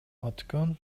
өткөн